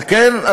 על כן,